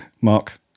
Mark